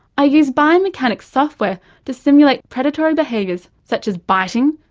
i used biomechanics software to simulate predatory behaviours such as biting,